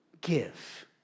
give